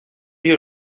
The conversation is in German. die